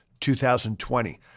2020